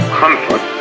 comfort